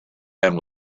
end